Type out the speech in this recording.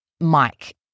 Mike